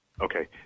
Okay